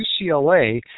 UCLA